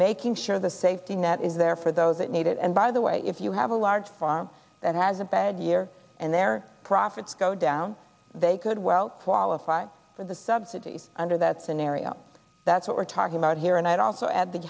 making sure the safety net is there for those that need it and by the way if you have a large farm that has a bad year and their profits go down they could well qualify for the subsidies under that scenario that's what we're talking about here and i'd also add the